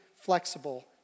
flexible